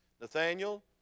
Nathaniel